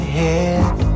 head